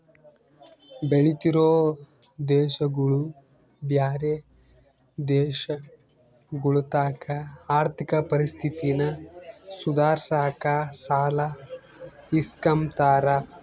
ಬೆಳಿತಿರೋ ದೇಶಗುಳು ಬ್ಯಾರೆ ದೇಶಗುಳತಾಕ ಆರ್ಥಿಕ ಪರಿಸ್ಥಿತಿನ ಸುಧಾರ್ಸಾಕ ಸಾಲ ಇಸ್ಕಂಬ್ತಾರ